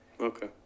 Okay